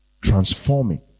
transforming